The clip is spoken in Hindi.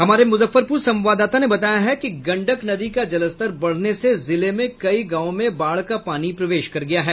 हमारे मुजफ्फरपुर संवाददाता ने बताया है कि गंडक नदी का जलस्तर बढ़ने से जिले में कई गांवों में बाढ़ का पानी प्रवेश कर गया है